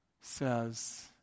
says